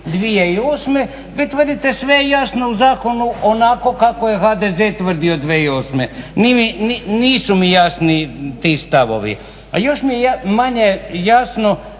2008. Vi tvrdite sve je jasno u zakonu onako kako je HDZ tvrdio 2008. Nisu mi jasni ti stavovi, a još mi je manje jasno